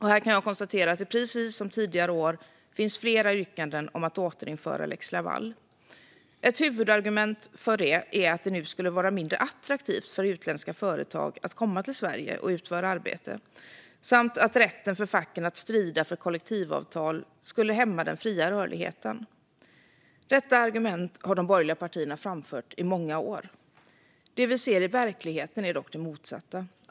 Här kan jag konstatera att det, precis som tidigare år, finns flera yrkanden om att återinföra lex Laval. Ett huvudargument för det är att det nu skulle vara mindre attraktivt för utländska företag att komma till Sverige och utföra arbete samt att rätten för facken att strida för kollektivavtal skulle hämma den fria rörligheten. Detta argument har de borgerliga partierna framfört i många år. Det vi ser i verkligheten är dock det motsatta.